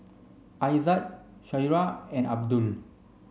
Aizat Syirah and Abdul